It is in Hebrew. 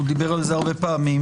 הוא דיבר על זה הרבה פעמים,